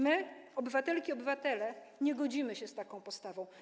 My, obywatelki i obywatele, nie godzimy się z taką postawą.